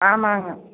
ஆமாங்க